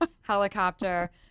helicopter